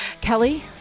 kelly